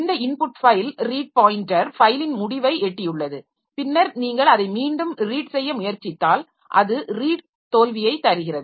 இந்த input file read pointer ஃபைலின் முடிவை எட்டியுள்ளது பின்னர் நீங்கள் அதை மீண்டும் ரீட் செய்ய முயற்சித்தால் அது ரீட் தோல்வியைத் தருகிறது